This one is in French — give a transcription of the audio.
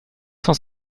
cent